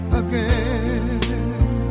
again